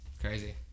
crazy